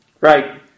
Right